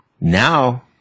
Now